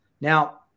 now